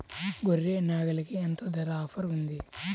గొర్రె, నాగలికి ఎంత ధర ఆఫర్ ఉంది?